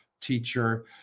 teacher